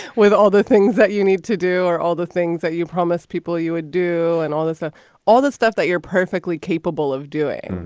with all the things that you need to do or all the things that you promised people you would do and all this. ah all this stuff that you're perfectly capable of doing.